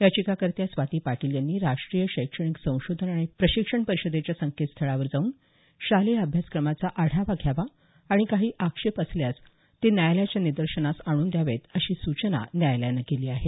याचिकाकर्त्या स्वाती पाटील यांनी राष्ट्रीय शैक्षणिक संशोधन आणि प्रशिक्षण परिषदेच्या संकेतस्थळावर जाऊन शालेय अभ्यासक्रमाचा आढावा घ्यावा आणि काही आक्षेप असल्यास ते न्यायालयाच्या निदर्शनास आणून द्यावेत अशी सूचना न्यायालयानं केली आहे